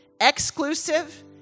Exclusive